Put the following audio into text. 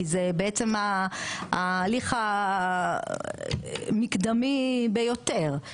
כי זה בעצם ההליך המקדמי ביותר.